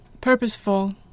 purposeful